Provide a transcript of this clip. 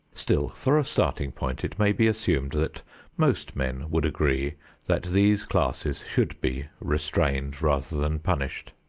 still for a starting point, it may be assumed that most men would agree that these classes should be restrained rather than punished.